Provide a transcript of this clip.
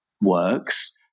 works